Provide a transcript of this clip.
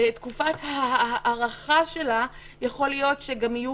בתקופת ההארכה שלה יכול להיות שגם יהיו